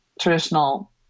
traditional